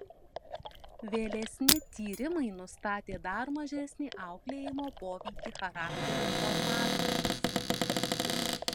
vėlesni tyrimai nustatė dar mažesnį auklėjimo poveikį charakterio formavimuisi